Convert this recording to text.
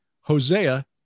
hosea